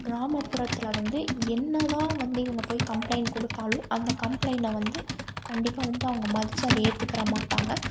கிராமப்புறத்தில் வந்து என்ன தான் வந்து இவங்க போய் கம்ப்ளைண்ட் கொடுத்தாலும் அந்த கம்ப்ளைண்ட்டை வந்து கண்டிப்பாக வந்து அவங்க மதிச்சு அதை ஏற்றுக்குற மாட்டாங்க